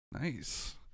Nice